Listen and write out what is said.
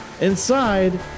Inside